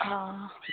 हां